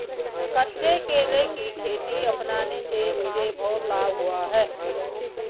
कच्चे केले की खेती अपनाने से मुझे बहुत लाभ हुआ है